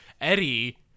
Eddie